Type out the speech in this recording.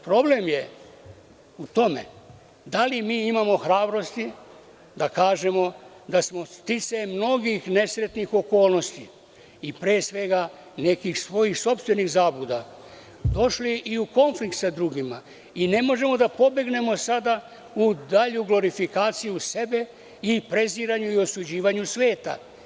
Problem je u tome da li mi imamo hrabrosti da kažemo da smo sticajem mnogih nesretnih okolnosti i pre svega nekih svojih sopstvenih zabluda došli i u konflikt sa drugima i ne možemo da pobegnemo sada u dalju glorifikaciju sebe i preziranju i osuđivanju sveta.